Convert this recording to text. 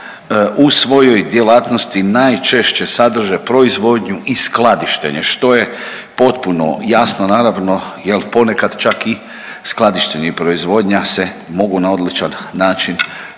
u svojoj djelatnosti najčešće sadrže proizvodnju i skladištenje što je potpuno jasno naravno jel ponekad čak i skladištenje i proizvodnja se mogu na odličan način spojiti